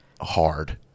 hard